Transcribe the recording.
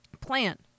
plan